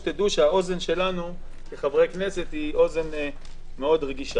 שתדעו שהאוזן שלנו כחברי הכנסת היא אוזן מאוד רגישה,